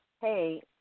hey